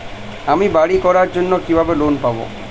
আমি বাড়ি করার জন্য কিভাবে লোন পাব?